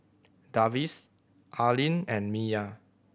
Davis Arlyn and Miya